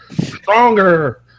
Stronger